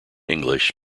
english